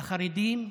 החרדים,